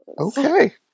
Okay